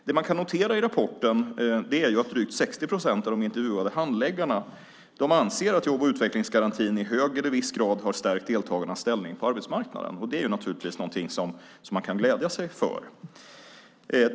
Det man kan notera i rapporten är att drygt 60 procent av de intervjuade handläggarna anser att jobb och utvecklingsgarantin i hög eller viss grad har stärkt deltagarnas ställning på arbetsmarknaden. Det är naturligtvis någonting att glädja sig åt.